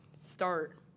start